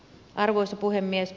arvoisa puhemies